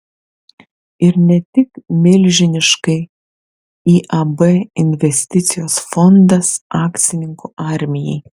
ir ne tik milžiniškai iab investicijos fondas akcininkų armijai